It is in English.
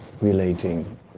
relating